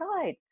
side